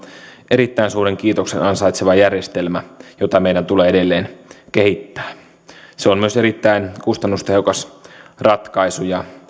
erittäin suuren kiitoksen ansaitseva järjestelmä jota meidän tulee edelleen kehittää se on myös erittäin kustannustehokas ratkaisu ja